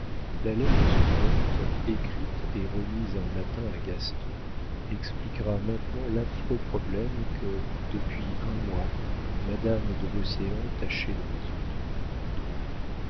la lettre suivante écrite et remise un matin à gaston expliquera maintenant l'affreux problème que depuis un mois madame de beauséant tâchait de résoudre